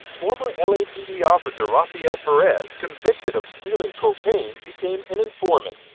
former l. a. p. d. officer rafael perez, convicted of stealing cocaine, became an informant,